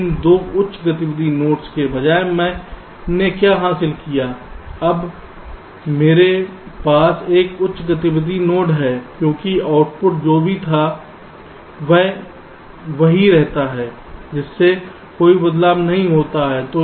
लेकिन 2 उच्च गतिविधि नोड्स के बजाय मैंने क्या हासिल किया है अब मेरे पास एक उच्च गतिविधि नोड है क्योंकि आउटपुट जो था वह वही रहता है जिसमें कोई बदलाव नहीं होता है